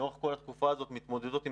לאורך כל התקופה הזאת המחלבות מתמודדות עם